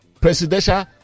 presidential